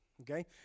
okay